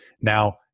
Now